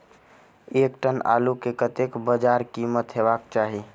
एक टन आलु केँ कतेक बजार कीमत हेबाक चाहि?